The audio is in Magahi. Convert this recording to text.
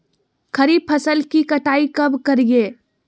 खरीफ फसल की कटाई कब करिये?